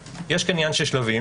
יש פה עניין של שלבים.